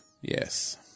Yes